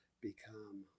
become